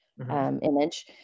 image